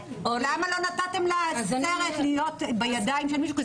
למה לא נתתם לסרט להיות בידיים של מישהו?